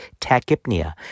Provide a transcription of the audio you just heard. tachypnea